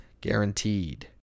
guaranteed